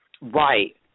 Right